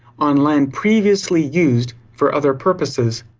on land previously used for other purposes.